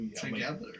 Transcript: together